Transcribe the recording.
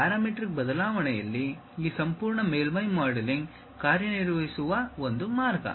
parametric ಬದಲಾವಣೆಯಲ್ಲಿ ಈ ಸಂಪೂರ್ಣ ಮೇಲ್ಮೈ ಮಾಡೆಲಿಂಗ್ ಕಾರ್ಯನಿರ್ವಹಿಸುವ ಒಂದು ಮಾರ್ಗ